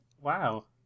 Wow